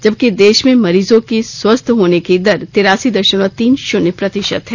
जबकि देश में मरीजों की स्वस्थ्य होने की दर तेरासी दशमलव तीन शून्य प्रतिशत है